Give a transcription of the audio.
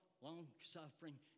long-suffering